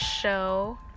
show